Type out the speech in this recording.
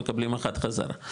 מקבלים אחת חזרה.